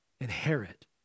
inherit